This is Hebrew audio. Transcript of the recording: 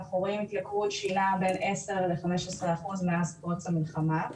אנחנו רואים התייקרות שהיא נעה בין 10-15 אחוז מאז פרוץ המלחמה.